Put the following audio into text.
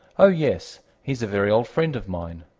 oh, yes, he's a very old friend of mine.